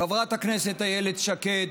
חברת הכנסת איילת שקד,